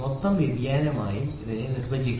മൊത്തം വ്യതിയാനമായും ഇതിനെ നിർവചിക്കാം